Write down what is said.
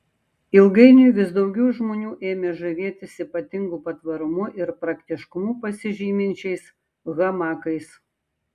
ilgainiui vis daugiau žmonių ėmė žavėtis ypatingu patvarumu ir praktiškumu pasižyminčiais hamakais